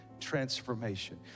transformation